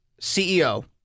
CEO